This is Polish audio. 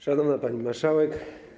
Szanowna Pani Marszałek!